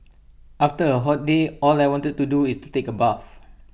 after A hot day all I want to do is to take A bath